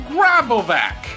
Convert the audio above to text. Grabovac